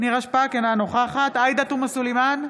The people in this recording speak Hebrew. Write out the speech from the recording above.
אינה נוכחת עאידה תומא סלימאן,